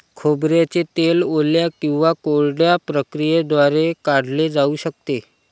खोबऱ्याचे तेल ओल्या किंवा कोरड्या प्रक्रियेद्वारे काढले जाऊ शकते